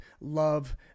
love